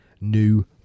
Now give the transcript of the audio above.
new